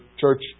church